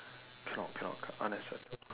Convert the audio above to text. cannot cannot unacceptable